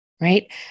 right